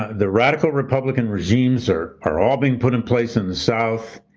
ah the radical republican regimes are are all being put in place in the south.